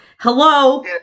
Hello